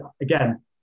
Again